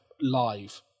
live